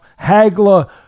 Hagler